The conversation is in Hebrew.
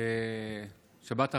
בשבת האחרונה,